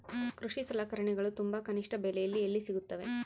ಕೃಷಿ ಸಲಕರಣಿಗಳು ತುಂಬಾ ಕನಿಷ್ಠ ಬೆಲೆಯಲ್ಲಿ ಎಲ್ಲಿ ಸಿಗುತ್ತವೆ?